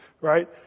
Right